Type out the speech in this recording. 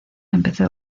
empezó